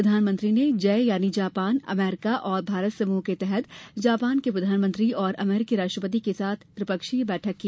प्रधानमंत्री ने जय यानी जापान अमेरिका और भारत समूह के तहत जापान के प्रधानमंत्री और अमेरिकी राष्ट्रपति के साथ त्रिपक्षीय बैठक की